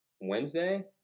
Wednesday